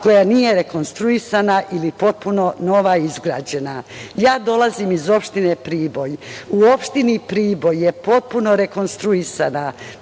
koja nije rekonstruisana ili potpuno nova izgrađena. Ja dolazim iz opštine Priboj. U opštini Priboj je potpuno rekonstruisana,